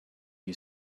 you